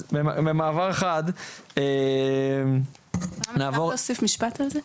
אז במעבר חד --- אפשר להוסיף משפט על זה?